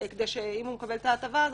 כדי שאם הוא מקבל את ההטבה הזאת,